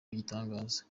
w’igitangaza